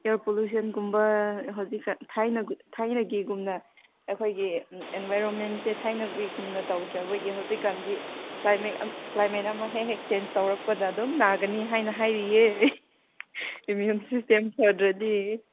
year ꯄꯣꯂꯨꯁꯟꯒꯨꯝꯕ ꯍꯧꯖꯤꯛꯀꯥꯟ ꯊꯥꯏꯅꯒꯤꯒꯨꯝꯅ ꯑꯩꯈꯣꯏꯒꯤ ꯑꯦꯟꯕꯥꯏꯔꯣꯟꯃꯦꯟꯁꯦ ꯊꯥꯏꯅꯒꯤꯒꯨꯝꯅ ꯇꯧꯗ꯭ꯔꯕꯒꯤ ꯍꯧꯖꯤꯛꯀꯥꯟꯗꯤ ꯀ꯭ꯂꯥꯏꯃꯦꯠ ꯑꯃ ꯍꯦꯛ ꯍꯦꯛ ꯆꯦꯟꯖ ꯇꯧꯔꯛꯄꯗ ꯑꯗꯨꯝ ꯅꯥꯒꯅꯤ ꯍꯥꯏꯅ ꯍꯥꯏꯔꯤꯌꯦ ꯏꯝꯃ꯭ꯌꯨꯟ ꯁꯤꯁꯇꯦꯝ ꯐꯗ꯭ꯔꯗꯤ